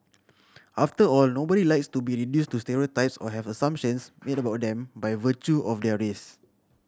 after all nobody likes to be reduced to stereotypes or have assumptions made about them by virtue of their race